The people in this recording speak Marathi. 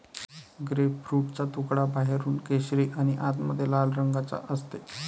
ग्रेपफ्रूटचा तुकडा बाहेरून केशरी आणि आतमध्ये लाल रंगाचा असते